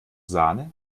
sahne